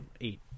eight